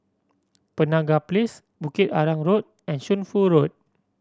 Penaga Place Bukit Arang Road and Shunfu Road